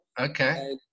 Okay